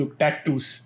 tattoos